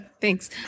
Thanks